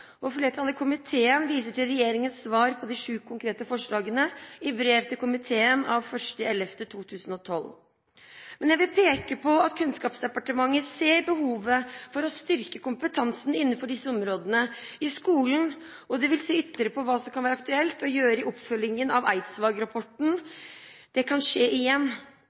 dag. Flertallet i komiteen viser til regjeringens svar på de sju konkrete forslagene i brev til komiteen av 1. november 2012. Jeg vil peke på at Kunnskapsdepartementet ser behovet for å styrke kompetansen innenfor disse områdene i skolen, og de vil se ytterligere på hva som kan være aktuelt å gjøre i oppfølgingen av Eidsvåg-rapporten. Det kan skje igjen.